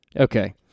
Okay